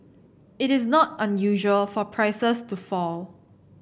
it is not unusual for prices to fall